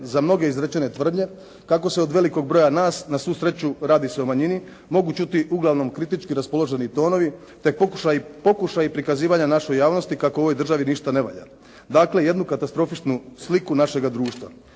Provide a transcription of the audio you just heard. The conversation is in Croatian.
za mnoge izrečene tvrdnje kako se od velikog broja nas, na svu sreću radi se o manjini, mogu čuti uglavnom kritički raspoloženi tonovi te pokušaji prikazivanja našoj javnosti kako u ovoj državi ništa ne valja. Dakle jednu katastrofičnu sliku našega društva.